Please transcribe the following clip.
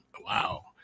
Wow